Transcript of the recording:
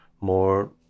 more